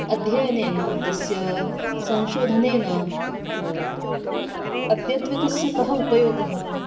अध्ययनेन तस्य संशोधनेन अद्यत्वे तस्य कः उपयोगः